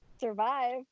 Survive